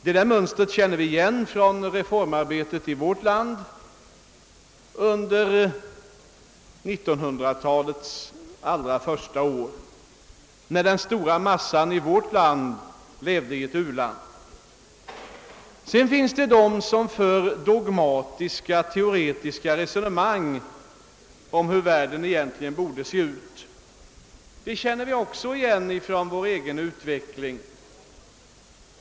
Det mönstret känner vi igen från reformarbetet i vårt land under 1900-talets allra första år, när den stora massan i vårt land levde i ett u-land. Vidare finns det de som för dogmatiska teoretiska resonemang om hur världen egentligen borde se ut. Det känner vi också igen från vår egen utveckling.